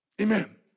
Amen